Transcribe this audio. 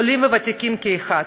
עולים וותיקים כאחד.